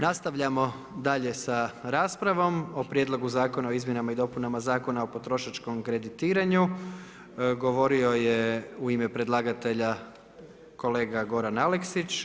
Nastavljamo dalje sa raspravom o Prijedlogu zakona o izmjenama i dopunama Zakona o potrošačkom kreditiranju, govorio je u ime predlagatelja kolega Goran Aleksić.